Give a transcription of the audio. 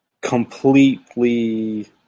completely